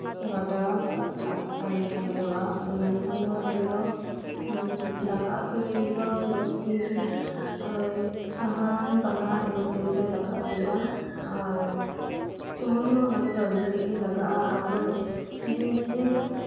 ᱜᱟᱰᱟ ᱟᱲᱮᱨᱮᱜᱮ ᱛᱮᱞᱮ ᱚᱲᱟᱜ ᱟᱫᱚᱢᱮᱱᱠᱷᱟᱱ ᱫᱚ ᱟᱞᱮᱫᱚ ᱫᱟᱠᱟ ᱩᱛᱩ ᱞᱟᱹᱜᱤᱫ ᱫᱚ ᱡᱟᱹᱥᱛᱤ ᱱᱚᱜᱚᱭ ᱥᱟᱦᱟᱱ ᱯᱟᱞᱦᱟ ᱤᱱᱟᱹᱠᱚᱛᱮ ᱜᱮᱞᱮ ᱫᱟᱠᱟ ᱩᱛᱩᱭᱟ ᱟᱨ ᱥᱩᱢᱟᱹᱭ ᱦᱚᱸ ᱱᱚᱛᱮ ᱟᱹᱰᱤ ᱜᱷᱟᱹᱲᱤᱡᱜᱤ ᱞᱟᱜᱟᱜ ᱟ ᱫᱤᱱᱜᱤ